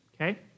Okay